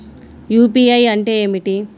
UPI అంటే ఏమిటీ?